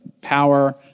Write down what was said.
power